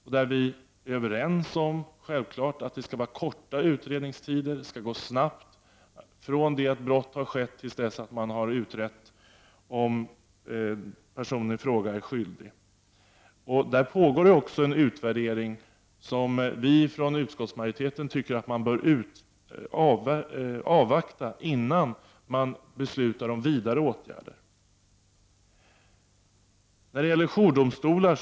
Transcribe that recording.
Vi är självklart överens om att det skall vara korta utredningstider för att få svar på frågan om den åtalade är skyldig. Det pågår också en utvärdering som utskottsmajoriteten anser skall avvaktas innan beslut fattas om vidare åtgärder. Reservation 15 handlar om jourdomstolar.